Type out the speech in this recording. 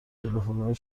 تلفنهای